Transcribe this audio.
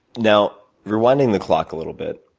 now, rewinding the clock a little bit.